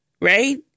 Right